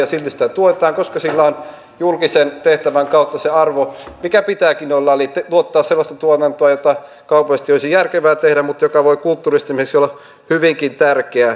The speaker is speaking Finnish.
silti sitä tuetaan koska sillä on julkisen tehtävän kautta se arvo mikä pitääkin olla eli tuottaa sellaista tuotantoa jota kaupallisesti ei olisi järkevää tehdä mutta joka voi kulttuurisesti esimerkiksi olla hyvinkin tärkeää